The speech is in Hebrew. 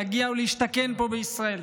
להגיע ולהשתכן פה בישראל,